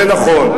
זה נכון.